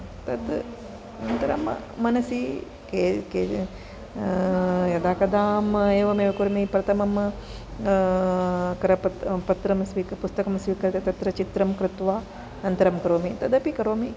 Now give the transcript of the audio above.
तत् अनन्तरं मनसि के के यदा कदाहम् एवमेव करोमि प्रथमं करपत्रं पत्रं स्वीक पुस्तकं स्वीकृत्य तत्र चित्रं कृत्वा अनन्तरं करोमि तदपि करोमि